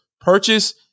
purchase